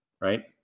right